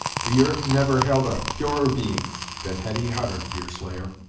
the earth never held a purer being than hetty hutter, deerslayer.